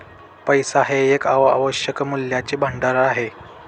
पैसा हे एक आवश्यक मूल्याचे भांडार आहे